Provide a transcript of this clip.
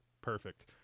Perfect